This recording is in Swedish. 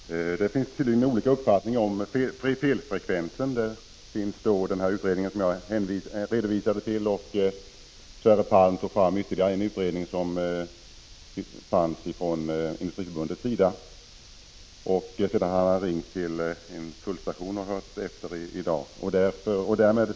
Herr talman! Det finns tydligen olika uppfattningar om felfrekvensen. Vi har den utredning jag redovisade, och Sverre Palm hänvisade till ytterligare en utredning från Industriförbundet. Dessutom har han fått ytterligare upplysningar från en tullstation i dag.